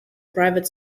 private